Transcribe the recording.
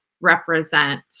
represent